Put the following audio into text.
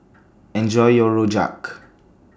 Enjoy your Rojak